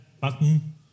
button